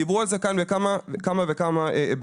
דיברו על זה כאן בכמה וכמה היבטים.